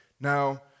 Now